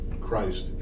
Christ